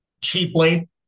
cheaply